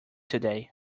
today